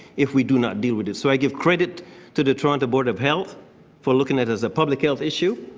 if we do not deal with this. so i give credit to the toronto board of health for looking at as a public health issue.